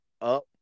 up